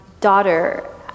daughter